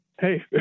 hey